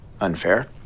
Unfair